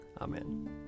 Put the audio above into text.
Amen